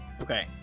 Okay